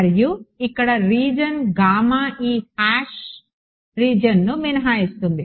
మరియు ఇక్కడ region gamma ఈ హాష్ రీజియన్ను మినహాయిస్తుంది